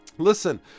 listen